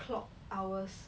clock hours